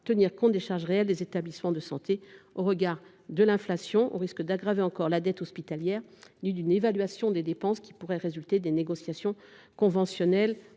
tenir compte des charges réelles des établissements de santé au regard de l’inflation, au risque d’aggraver encore la dette hospitalière, ni d’une évaluation des dépenses qui pourraient résulter des négociations conventionnelles